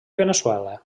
veneçuela